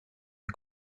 est